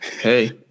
hey